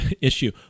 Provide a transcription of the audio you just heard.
issue